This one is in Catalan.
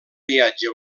viatge